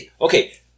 Okay